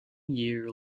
year